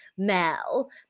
Mel